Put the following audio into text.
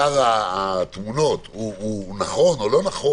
לא נכון,